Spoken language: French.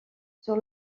sur